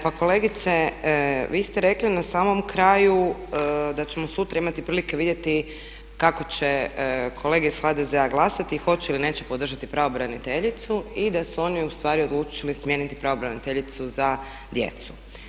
Pa kolegice, vi ste rekli na samom kraju da ćemo sutra imati prilike vidjeti kako će kolege iz HDZ-a glasati, hoće ili neće podržati pravobraniteljicu i da su oni ustvari odlučili smijeniti pravobraniteljicu za djecu.